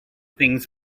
things